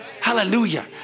Hallelujah